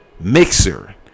mixer